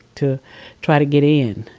to try to get in.